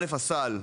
א' הסל,